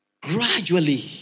Gradually